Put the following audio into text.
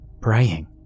praying